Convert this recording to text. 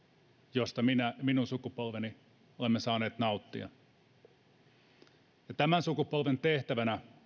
josta minä ja minun sukupolveni olemme saaneet nauttia tämän sukupolven tehtävänä